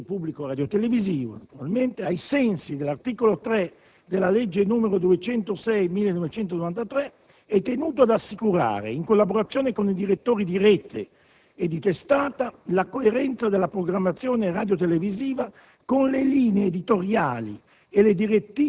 del servizio pubblico radiotelevisivo - ai sensi dell'articolo 3 della legge n. 206 del 1993 - è tenuto ad assicurare, in collaborazione con i direttori di rete e di testata, la coerenza della programmazione radiotelevisiva con le linee editoriali